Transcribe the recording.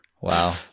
wow